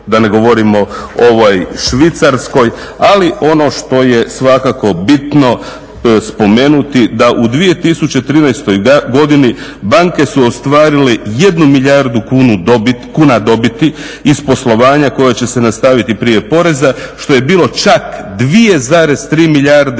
da ne govorimo Švicarskoj. Ali ono što je svakako bitno spomenuti da u 2013. godini banke su ostvarili jednu milijardu kuna dobiti iz poslovanja koje će se nastaviti prije poreza što je bilo čak 2,3 milijarde